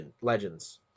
legends